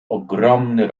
ogromny